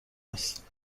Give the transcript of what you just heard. است